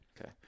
Okay